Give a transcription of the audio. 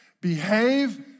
Behave